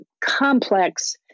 complex